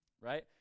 Right